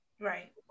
Right